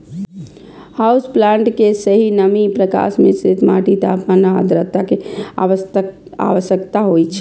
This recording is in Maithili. हाउस प्लांट कें सही नमी, प्रकाश, मिश्रित माटि, तापमान आ आद्रता के आवश्यकता होइ छै